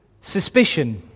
suspicion